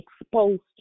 exposed